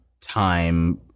time